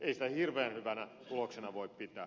ei sitä hirveän hyvänä tuloksena voi pitää